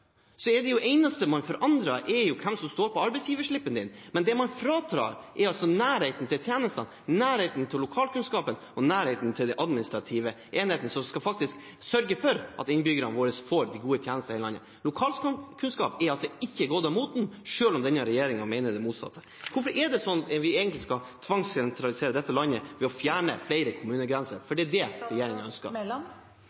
er det eneste man forandrer, hvem som står på arbeidsgiverslippen. Men det man tar bort, er nærheten til tjenesten, nærheten til lokalkunnskapen og nærheten til den administrative enheten som faktisk skal sørge for at innbyggerne våre får gode tjenester her i landet. Lokalkunnskap er altså ikke gått av moten selv om denne regjeringen mener det motsatte. Hvorfor er det sånn at vi egentlig skal tvangssentralisere dette landet ved å fjerne flere kommunegrenser? Det er det regjeringen ønsker. For